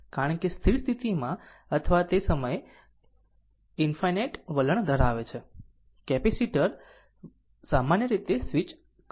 કારણ કે સ્થિર સ્થિતિમાં અથવા તે સમયે ∞ વલણ ધરાવે છે કેપેસિટર સામાન્ય રીતે સ્વીચ કરો